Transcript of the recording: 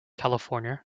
california